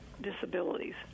disabilities